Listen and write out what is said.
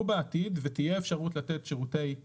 בעתיד ותהיה אפשרות לתת שירותי NVNO,